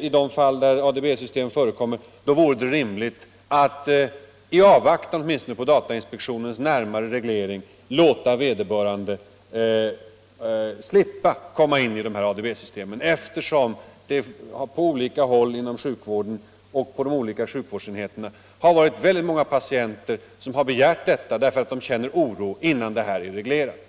i de fall där ADB-system förekommer, vore det rimligt att, åtminstone i avvaktan på att datainspektionen företar en närmare reglering, låta de patienter som begär det slippa komma in i ADB-systemen. Det är väldigt många patienter på de olika sjukvårdsenheterna som begärt det — de känner oro för detta innan frågorna har reglerats.